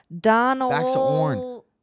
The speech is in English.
Donald